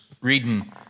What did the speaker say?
reading